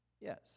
Yes